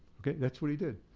that's what he did.